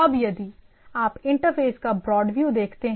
अब यदि आप इंटरफेस का ब्रॉडव्यू देखते हैं